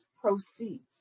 proceeds